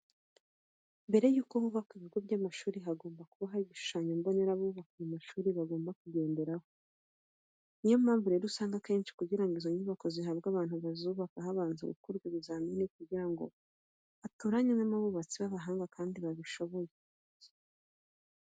Mbere yuko hubakwa ibigo by'amashuri hagomba kuba hari igishushanyo mbonera abubaka ayo mashuri bagomba kugenderaho. Ni yo mpamvu rero usanga akenshi kugira ngo izo nyubako zihabwe abantu bazubaka, habanza gukorwa ibizamini kugira ngo hatoranwemo abubatsi b'abahanga kandi babishoboye.